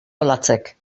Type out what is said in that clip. olatzek